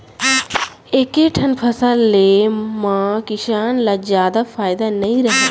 एके ठन फसल ले म किसान ल जादा फायदा नइ रहय